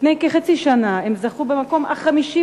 לפני כחצי שנה הן זכו במקום החמישי